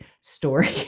story